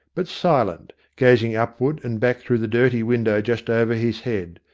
but silent, gazing upward and back through the dirty window just over his head.